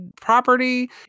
property